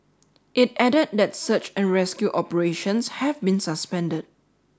it added that search and rescue operations have been suspended